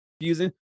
confusing